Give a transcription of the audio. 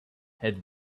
had